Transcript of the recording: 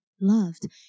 loved